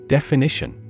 Definition